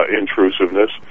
intrusiveness